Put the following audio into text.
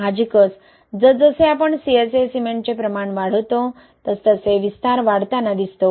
साहजिकच जसजसे आपण CSA सिमेंटचे प्रमाण वाढवतो तसतसे विस्तार वाढताना दिसतो